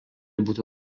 būti